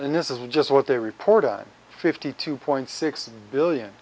and this is just what they report on fifty two point six billion